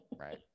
right